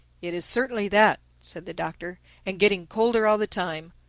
it is certainly that, said the doctor and getting colder all the time.